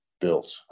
built